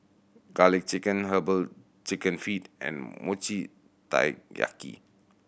Garlic Chicken Herbal Chicken Feet and Mochi Taiyaki